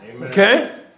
okay